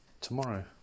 tomorrow